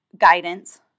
guidance